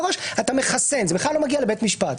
אם ייפתח שיח בכל הערת ביניים, אני אקרא לסדר.